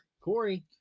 Corey